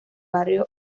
barrio